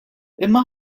imma